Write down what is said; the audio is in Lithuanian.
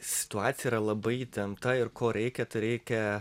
situacija yra labai įtempta ir ko reikia reikia